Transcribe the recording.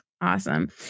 Awesome